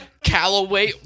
Callaway